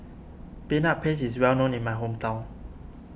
Peanut Paste is well known in my hometown